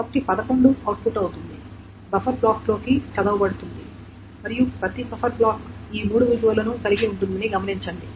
కాబట్టి 11 అవుట్పుట్ అవుతుంది బఫర్ బ్లాక్లోకి చదవబడుతుంది మరియు ప్రతి బఫర్ బ్లాక్ ఈ మూడు విలువలను కలిగి ఉంటుందని గమనించండి